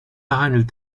handelt